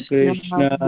Krishna